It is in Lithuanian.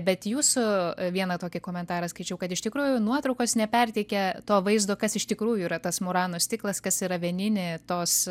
bet jūsų vieną tokį komentarą skaičiau kad iš tikrųjų nuotraukos neperteikia to vaizdo kas iš tikrųjų yra tas murano stiklas kas yra vienini tos